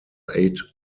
eight